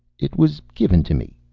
it was given to me,